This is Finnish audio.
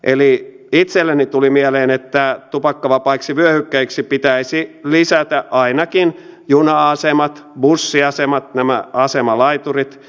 itselleni tuli mieleen että tupakkavapaiksi vyöhykkeiksi pitäisi lisätä ainakin juna asemat bussiasemat nämä asemalaiturit